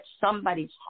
somebody's